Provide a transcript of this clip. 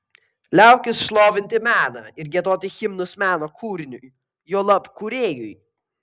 liaukis šlovinti meną ir giedoti himnus meno kūriniui juolab kūrėjui